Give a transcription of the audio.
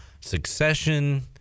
succession